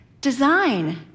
Design